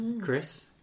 Chris